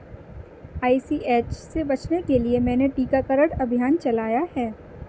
ICH से बचने के लिए मैंने टीकाकरण अभियान चलाया है